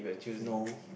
no